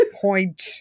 point